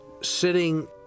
sitting